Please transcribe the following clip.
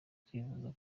kwivuza